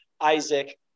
Isaac